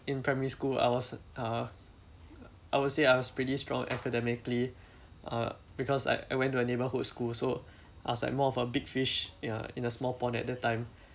in primary school I was uh I would say I was pretty strong academically uh because I I went to a neighbourhood school so I was like more of a big fish in a in a small pond at that time